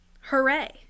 Hooray